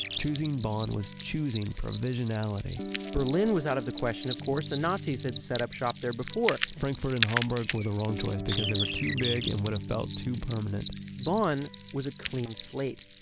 choosing bonn was choosing provisionality berlin was out of the question, of course. the nazis had set up shop there before frankfurt and hamburg were the wrong choices because they were too big and would have felt too permanent bonn was a clean slate